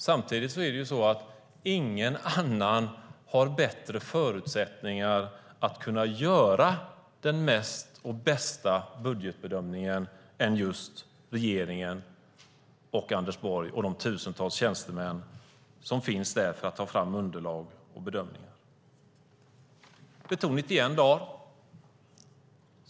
Samtidigt är det så att ingen annan har bättre förutsättningar att göra den bästa budgetbedömningen än just regeringen, Anders Borg och de tusentals tjänstemän som finns där för att ta fram underlag och bedömningar. Det tog 91 dagar.